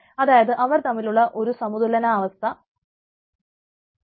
അതായത് അവർ തമ്മിലുള്ള ഒരു സമതുലനാവസ്ഥ സൃഷ്ടിക്കണം